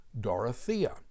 Dorothea